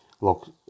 look